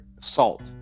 salt